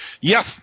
Yes